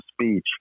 speech